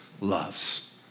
loves